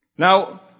Now